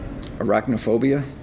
Arachnophobia